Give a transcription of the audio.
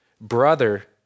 Brother